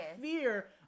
fear